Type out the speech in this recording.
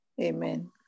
Amen